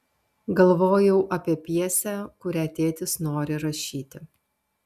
galvojau apie pjesę kurią tėtis nori rašyti